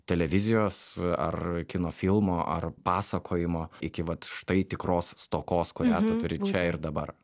televizijos ar kino filmo ar pasakojimo iki vat štai tikros stokos kurią turi čia ir dabar